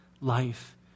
life